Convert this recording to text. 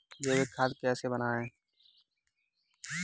जैविक खाद कैसे बनाएँ?